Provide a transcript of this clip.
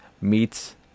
meets